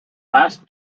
last